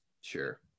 sure